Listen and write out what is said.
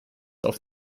auf